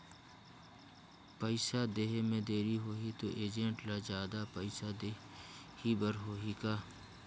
पइसा देहे मे देरी होही तो एजेंट ला जादा पइसा देही बर होही का?